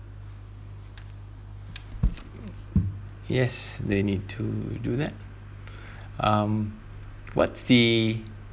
yes they need to do that um what's the